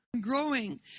growing